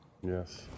yes